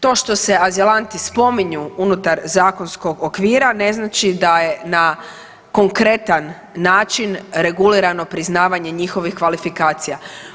To što se azilanti spominju unutar zakonskog okvira ne znači da je na konkretan način regulirano priznavanje njihovih kvalifikacija.